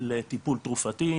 לטיפול תרופתי,